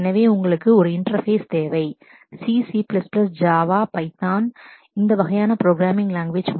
எனவே உங்களுக்கு ஒரு இன்டெர்பேஸ் தேவை C C Java Python C C Java Python இந்த வகையான ப்ரோக்ராமிங் லாங்குவேஜ்